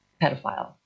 pedophile